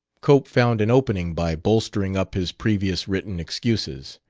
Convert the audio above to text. cope found an opening by bolstering up his previous written excuses.